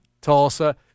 Tulsa